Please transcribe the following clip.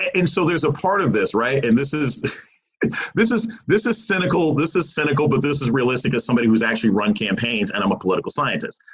and so there's a part of this. right. and this is this is this is cynical. this is cynical. but this is realistic as somebody who who's actually run campaigns and i'm a political scientist,